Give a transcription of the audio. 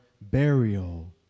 burial